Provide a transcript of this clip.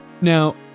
Now